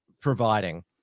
providing